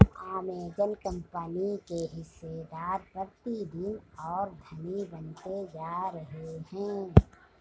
Amazon company के हिस्सेदार प्रतिदिन और धनी बनते जा रहे हैं